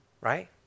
Right